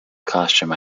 costume